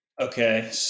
Okay